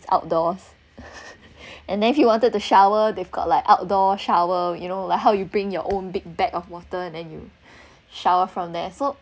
outdoors and then if you wanted to shower they've got like outdoor shower you know like how you bring your own big bag of water and and you shower from there so